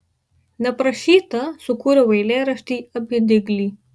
neprašyta sukūriau eilėraštį apie diglį